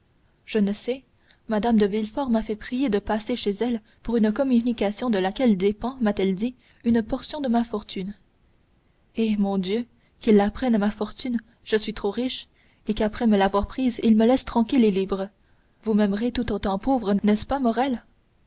je ne sais mme de villefort m'a fait prier de passer chez elle pour une communication de laquelle dépend m'a-t-elle fait dire une portion de ma fortune eh mon dieu qu'ils la prennent ma fortune je suis trop riche et qu'après me l'avoir prise ils me laissent tranquille et libre vous m'aimerez tout autant pauvre n'est-ce pas